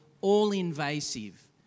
all-invasive